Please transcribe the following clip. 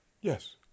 Yes